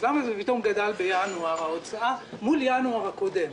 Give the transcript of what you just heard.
למה ההוצאה פתאום גדלה בינואר מול ינואר הקודם?